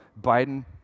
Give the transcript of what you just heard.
Biden